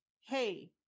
hey